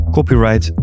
Copyright